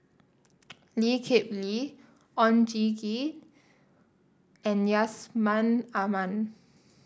Lee Kip Lee Oon Jin Gee and Yusman Aman